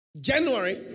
January